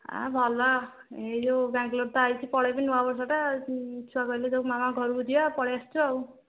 ଆ ଭଲ ଏଇ ଯୋଉ ବାଙ୍ଗାଲୋର ତ ଆସିଛି ପଳେଇବି ନୂଆ ବର୍ଷଟା ଛୁଆ କହିଲେ ଯୋଉ ମାମା ଘରକୁ ଯିଆ ପଳେଇ ଆସିଛୁ ଆଉ